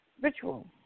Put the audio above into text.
ritual